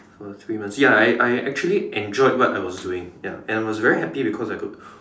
about three months ya I I actually enjoyed what I was doing ya and I was very happy because I could